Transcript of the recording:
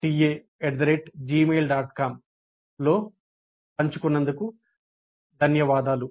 com లో పంచుకున్నందుకు ధన్యవాదాలు